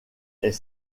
est